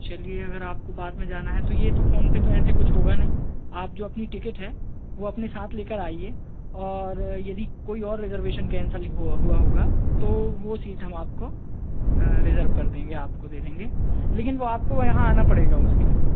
चलिए अगर आपको बाद में जाना है तो ये तो फोन पर तो ऐसे कुछ होगा नहीं आप जो अपनी टिकिट है वो अपने साथ लेकर आइए और यदि कोई और रिजर्वेशन कैंसल हुआ हुआ होगा तो वो सीट हम आपको रिजर्व कर देंगे आपको दे देंगे लेकिन वो आपको यहाँ आना पड़ेगा उसके लिए